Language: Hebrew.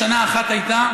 בשנה אחת הייתה,